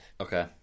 Okay